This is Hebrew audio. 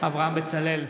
אברהם בצלאל,